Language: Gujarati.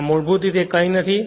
આ મૂળભૂત રીતે કંઈ નથી